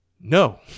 No